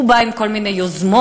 הוא בא עם כל מיני יוזמות,